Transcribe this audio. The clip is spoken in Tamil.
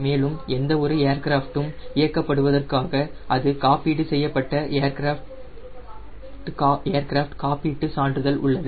மேலும் எந்த ஒரு ஏர்கிராஃப்ட்டும் இயக்கபடுவதற்காக அது காப்பீடு செய்யப்பட்ட ஏர்கிராஃப்ட் காப்பீட்டு சான்றிதழ் உள்ளது